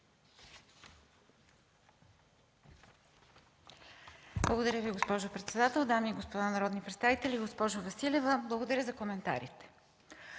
Благодаря Ви, госпожо председател. Дами и господа народни представители, госпожо Василева! Благодаря за коментарите.